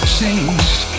changed